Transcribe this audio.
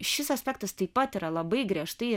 šis aspektas taip pat yra labai griežtai